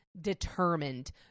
determined